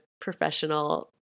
professional